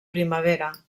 primavera